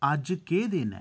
अज्ज केह् दिन ऐ